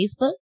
Facebook